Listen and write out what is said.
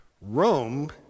Rome